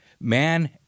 Man